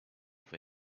for